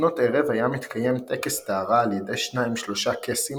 לפנות ערב היה מתקיים טקס טהרה על ידי שניים-שלושה קסים